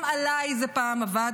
גם עליי זה פעם עבד,